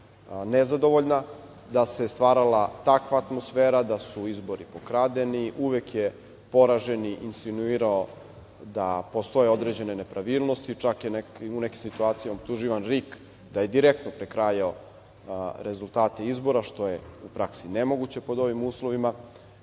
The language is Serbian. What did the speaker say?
nezadovoljna, da se stvarala, takva atmosfera da su izbori pokradeni, uvek je poraženi insinuirao da postoje određene nepravilnosti, čak je u nekim situacijama optuživan RIK da je direktno prekrajao rezultate izbora, što je u praksi nemoguće pod ovim uslovima. Smatramo